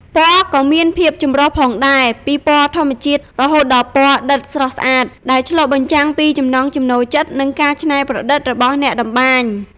ពណ៌ក៏មានភាពចម្រុះផងដែរ ពីពណ៌ធម្មជាតិរហូតដល់ពណ៌ដិតស្រស់ស្អាត ដែលឆ្លុះបញ្ចាំងពីចំណង់ចំណូលចិត្ត និងការច្នៃប្រឌិតរបស់អ្នកតម្បាញ។